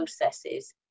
processes